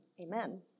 amen